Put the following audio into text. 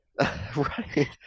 Right